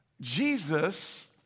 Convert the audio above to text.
Jesus